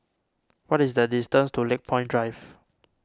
what is the distance to Lakepoint Drive